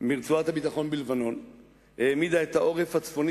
מרצועת הביטחון בלבנון העמידה את העורף הצפוני